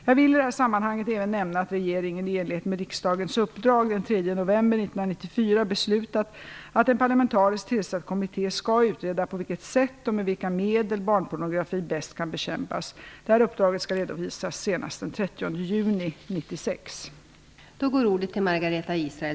Jag vill i detta sammanhang även nämna att regeringen i enlighet med riksdagens uppdrag den 3 november 1994 beslutat att en parlamentariskt tillsatt kommitté skall utreda på vilket sätt och med vilka medel barnpornografi bäst kan bekämpas. Uppdraget skall redovisas senast den 30 juni 1996.